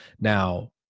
Now